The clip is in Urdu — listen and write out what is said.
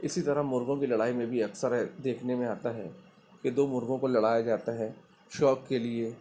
اسی طرح مرغوں کی لڑائی میں بھی اکثر دیکھنے میں آتا ہے کہ دو مرغوں کو لڑایا جاتا ہے شوق کے لیے